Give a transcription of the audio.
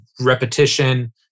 repetition